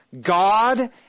God